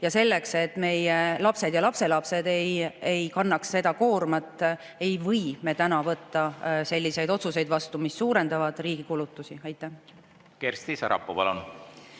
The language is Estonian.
ja selleks, et meie lapsed ja lapselapsed ei kannaks seda koormat, ei või me täna võtta selliseid otsuseid vastu, mis suurendavad riigi kulutusi. Kersti